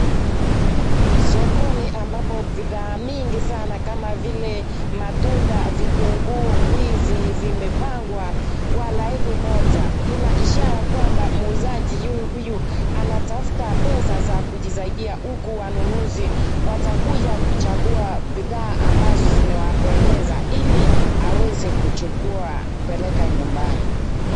Sokoni ambapo bidhaa mingi sana kama vile matunda, vitunguu, ndizi vimepangwa kwa laini moja. Ina ishara kwamba mwuzaji huyu anatafuta pesa za kujisaidia huku wanunuzi watakuja kuchagua bidhaa ambazo zimewapendeza ili aweze kuchukua kupeleka nyumbani.